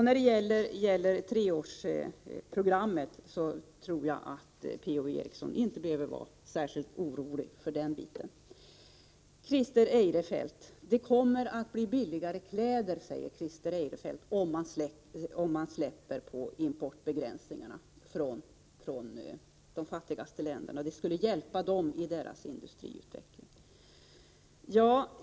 När det gäller treårsprogrammet tror jag att Per-Ola Eriksson inte behöver vara särskilt orolig för den biten. Christer Eirefelt menar att det kommer att bli billigare kläder, om man släpper på begränsningarna för importen från de fattigaste länderna, och det skulle hjälpa dem i deras industriutveckling.